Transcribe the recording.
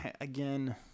again